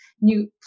new